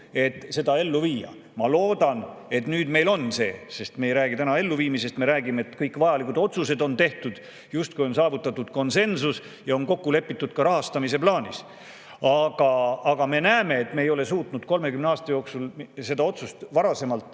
et seda ellu viia. Ma loodan, et nüüd meil on see [jõud], sest me lihtsalt ei räägi täna enam elluviimisest, vaid kõik vajalikud otsused on tehtud, justkui on saavutatud konsensus ja on kokku lepitud ka rahastamise plaanis. Aga me näeme, et me ei suutnud 30 aasta jooksul seda otsust niisugusel